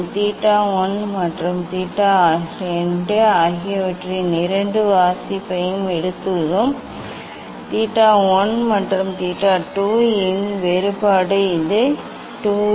theta 1 மற்றும் theta 2 ஆகியவற்றின் 2 வாசிப்பு எடுத்துள்ளோம் தீட்டா 1 மற்றும் தீட்டா 2 இன் வேறுபாடு இது 2 ஏ